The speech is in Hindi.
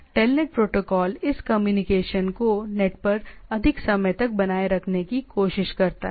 TELNET प्रोटोकॉल इस कम्युनिकेशन को नेट पर अधिक समय तक बनाए रखने की कोशिश करता है